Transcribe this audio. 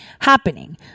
happening